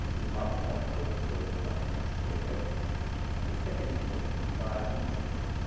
we multiply the first equation by d squared and the second equation by b squared.